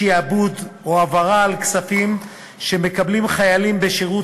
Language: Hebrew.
שעבוד או העברה של כספים שחיילים בשירות